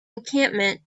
encampment